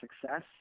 success